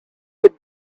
could